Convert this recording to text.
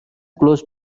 close